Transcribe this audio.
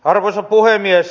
arvoisa puhemies